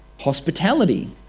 hospitality